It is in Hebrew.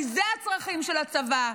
כי אלו הצרכים של הצבא,